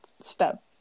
step